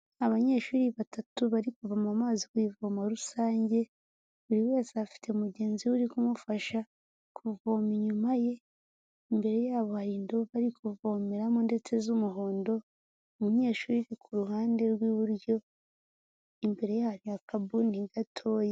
Abanyeshuri batatu bari kuvoma amazi ku ivomo rusange, buri wese afite mugenzi we uri kumufasha kuvoma inyuma ye, imbere yabo hari indobo bari kuvomeramo ndetse z'umuhondo, umunyeshuri ku ruhande rw'iburyo imbere yayo akabuni gatoya.